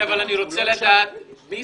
אבל אני רוצה לדעת מי